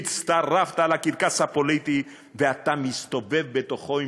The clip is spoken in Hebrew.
הצטרפת לקרקס הפוליטי ואתה מסתובב בתוכו עם